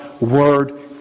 Word